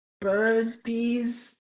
birdies